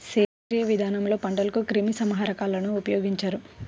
సేంద్రీయ విధానంలో పంటలకు క్రిమి సంహారకాలను ఉపయోగించరు